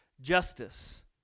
justice